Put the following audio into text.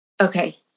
okay